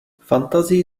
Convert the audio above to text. fantazii